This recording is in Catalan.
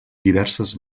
diverses